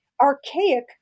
archaic